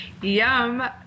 Yum